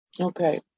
Okay